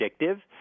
addictive